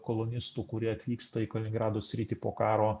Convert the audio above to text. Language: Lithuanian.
kolonistų kurie atvyksta į kaliningrado sritį po karo